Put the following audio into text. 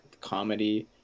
comedy